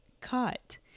cut